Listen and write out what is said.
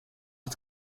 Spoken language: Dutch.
het